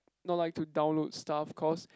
not like to download stuff cause